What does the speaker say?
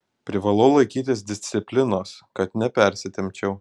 privalau laikytis disciplinos kad nepersitempčiau